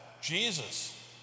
Jesus